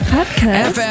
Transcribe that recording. Podcast